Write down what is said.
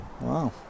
Wow